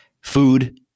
food